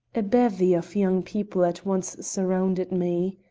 a bevy of young people at once surrounded me.